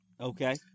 Okay